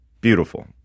beautiful